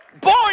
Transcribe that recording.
born